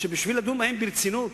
שבשביל לדון בהם ברצינות,